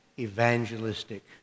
evangelistic